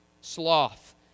Sloth